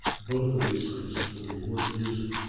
both of these sites will be worth using.